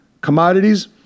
commodities